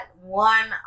one